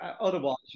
Otherwise